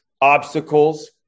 obstacles